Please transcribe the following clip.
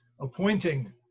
appointing